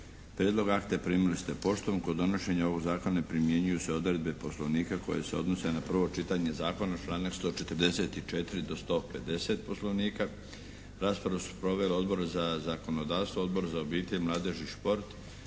Prijedlog akta primili ste poštom. Kod donošenja ovog Zakona primjenjuju se odredbe Poslovnika koje se odnose na prvo čitanje zakona članak 144. do 150. Poslovnika. Raspravu su proveli Odbor za zakonodavstvo, Odbor za obitelj, mladež i šport.